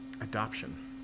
adoption